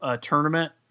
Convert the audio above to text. tournament